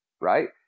right